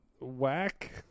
Whack